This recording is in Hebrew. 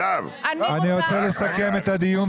--- אני רוצה לסכם את הדיון.